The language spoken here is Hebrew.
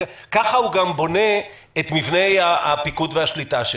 וכך הוא גם בונה את מבני הפיקוד והשליטה שלו.